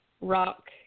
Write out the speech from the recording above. rock